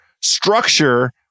structure